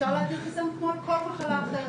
אפשר להטיל חיסיון כמו על כל מחלה אחרת,